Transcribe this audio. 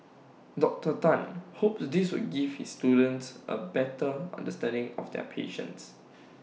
Doctor Tan hopes this will give his students A better understanding of their patients